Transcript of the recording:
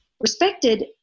respected